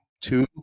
two